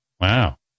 wow